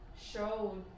showed